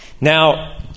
Now